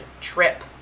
trip